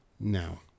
Now